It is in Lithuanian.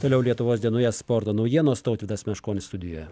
toliau lietuvos dienoje sporto naujienos tautvydas meškonis studijoje